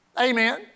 Amen